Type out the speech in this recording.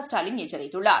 ஸ்டாலின் எச்சரித்துள்ளார்